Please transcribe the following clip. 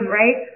right